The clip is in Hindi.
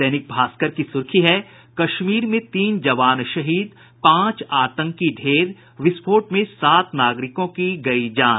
दैनिक भास्कर की सुर्खी है कश्मीर में तीन जवान शहीद पांच आतंकी ढेर विस्फोट में सात नागरिकों की गयी जान